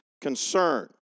concern